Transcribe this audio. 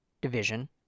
Division